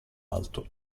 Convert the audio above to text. alto